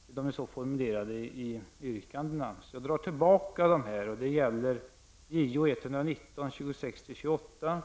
eftersom yrkandena är så formulerade. Jag drar därför tillbaka dessa yrkanden. Det gäller Jo119, yrkandena 26--28,